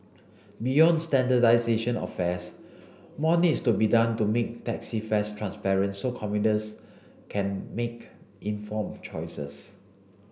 beyond standardisation of fares more needs to be done to make taxi fares transparent so commuters can make informed choices